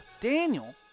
Daniel